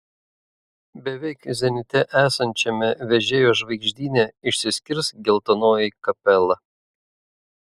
beveik zenite esančiame vežėjo žvaigždyne išsiskirs geltonoji kapela